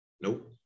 Nope